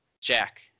Jack